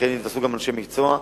לכן יתווספו גם אנשי מקצוע.